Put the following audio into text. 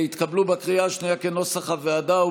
התקבלו בקריאה השנייה כנוסח הוועדה,